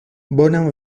bonan